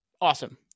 awesome